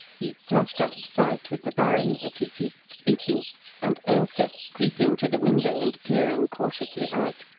he flashed out of sight with the baron as he ceased speaking and ailsa, creeping to the window and peering cautiously out,